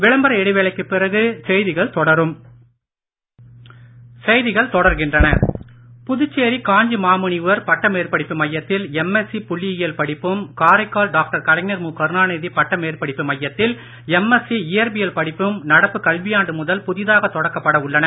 புதிய வகுப்புகள் புதுச்சேரி காஞ்சி மாமுனிவர் பட்ட மேற்படிப்பு மையத்தில் எம்எஸ்சி புள்ளியியல் படிப்பும் காரைக்கால் டாக்டர் கலைஞர் மு கருணாநிதி பட்ட மேற்படிப்பு மையத்தில் எம் எஸ் சி இயற்பியல் படிப்பும் நடப்பு கல்வியாண்டு முதல் புதிதாக தொடக்கப்பட உள்ளன